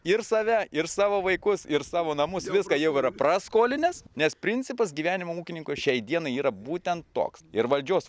ir save ir savo vaikus ir savo namus viską jau yra praskolinęs nes principas gyvenimo ūkininkų šiai dienai yra būtent toks ir valdžios